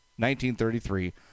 1933